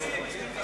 מסכימים, מסכימים.